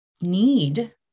need